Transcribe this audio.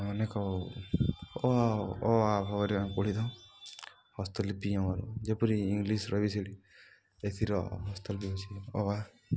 ଅନେକ ଅ ଆ ଅ ଆ ଭାବରେ ଆମେ ପଢ଼ିଥାଉ ହସ୍ତଲିପି ଆମର ଯେପରି ଇଂଲିଶର ବି ସେଠି ଏଥିର ହସ୍ତଲିପି ଅଛି ଅ ଆ